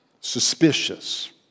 suspicious